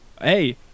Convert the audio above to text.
Hey